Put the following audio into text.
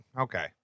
Okay